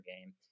game